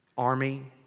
army.